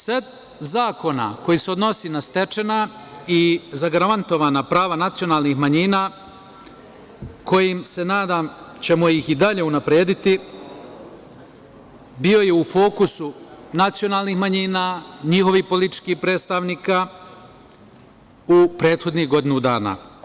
Set zakona koji se odnosi na stečena i zagarantovana prava nacionalnih manjina kojim se nadam da ćemo ih i dalje unaprediti, bio je u fokusu nacionalnih manjina, njihovih političkih predstavnika u prethodnih godinu dana.